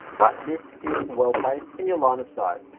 but this is well placed in your line of sight.